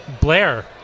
Blair